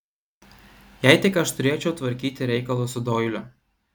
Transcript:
jei tik aš turėčiau tvarkyti reikalus su doiliu